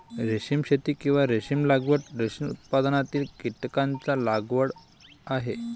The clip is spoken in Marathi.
रेशीम शेती, किंवा रेशीम लागवड, रेशीम उत्पादनातील कीटकांची लागवड आहे